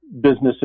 businesses